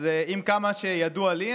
עם כמה שידוע לי,